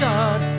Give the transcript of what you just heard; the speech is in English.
God